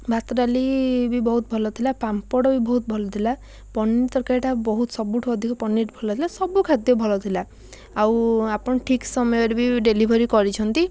ଭାତ ଡ଼ାଲି ବି ବହୁତ ଭଲ ଥିଲା ପାମ୍ପଡ଼ ବି ବହୁତ ଭଲଥିଲା ପନିର୍ ତରକାରୀଟା ବହୁତ ସବୁଠୁ ଅଧିକ ପନିର୍ ଭଲ ଥିଲା ସବୁ ଖାଦ୍ୟ ଭଲଥିଲା ଆଉ ଆପଣ ଠିକ୍ ସମୟରେ ବି ଡେଲିଭରି କରିଛନ୍ତି